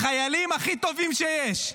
החיילים הכי טובים שיש,